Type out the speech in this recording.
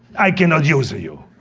i cannot use you,